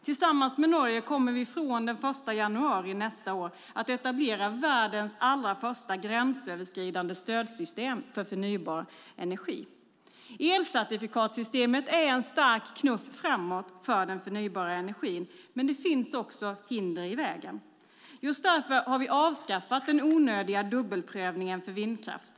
Tillsammans med Norge kommer vi från den 1 januari nästa år att etablera världens allra första gränsöverskridande stödsystem för förnybar energi. Elcertifikatssystemet är en stark knuff framåt för den förnybara energin, men det finns också hinder i vägen. Just därför har vi avskaffat den onödiga dubbelprövningen för vindkraft.